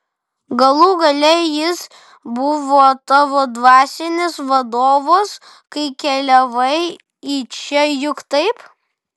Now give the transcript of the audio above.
galų gale jis buvo tavo dvasinis vadovas kai keliavai į čia juk taip